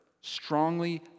strongly